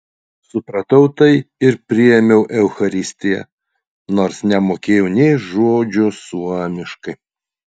supratau tai ir priėmiau eucharistiją nors nemokėjau nė žodžio suomiškai